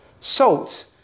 Salt